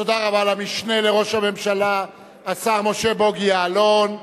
תודה רבה למשנה לראש הממשלה השר משה בוגי יעלון.